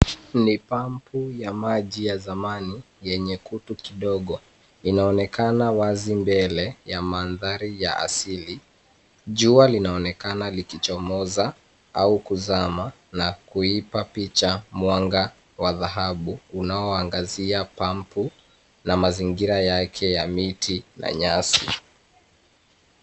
Ni pampu ya maji ya zamani yenye kutu kidogo. Inaonekana wazi mbele ya mandhari ya asili. Jua linaonekana limechomoza au kuzama na kulipa picha mwanga wa dhahabu unaangazia pampu na mazingira yake ya miti na nyasi.